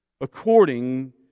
according